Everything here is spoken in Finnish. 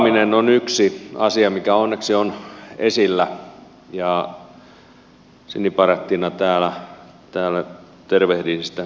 rauhanturvaaminen on yksi asia mikä onneksi on esillä ja sinibarettina täällä tervehdin sitä hyvin